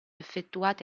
effettuati